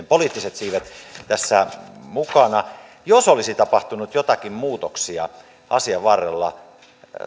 poliittiset siivet nyt tässä mukana jos olisi tapahtunut joitakin muutoksia matkan varrella